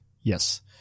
Yes